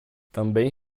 também